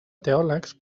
teòlegs